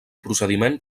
procediment